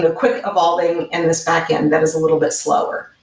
ah quick evolving and this backend that is a little bit slower.